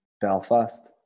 Belfast